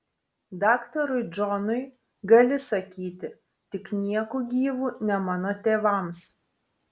daktarui džonui gali sakyti tik nieku gyvu ne mano tėvams